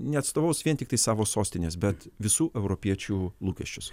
neatstovaus vien tiktai savo sostinės bet visų europiečių lūkesčius